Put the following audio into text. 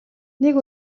нэг